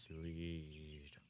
sweet